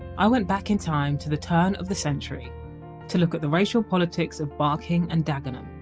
i went back in time to the turn of the century to look at the racial politics of barking and dagenham.